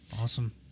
Awesome